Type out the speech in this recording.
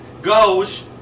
goes